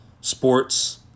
sports